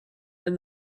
and